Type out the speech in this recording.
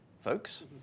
folks